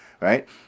right